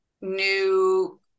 new